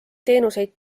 teenuseid